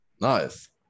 Nice